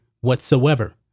whatsoever